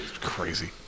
crazy